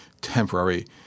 temporary